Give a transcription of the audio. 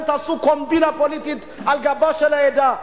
תעשו קומבינה פוליטית על גבה של העדה.